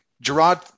Gerard